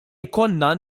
jkollna